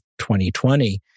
2020